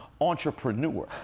entrepreneur